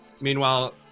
Meanwhile